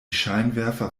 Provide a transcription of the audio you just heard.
scheinwerfer